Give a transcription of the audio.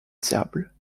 diable